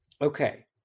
okay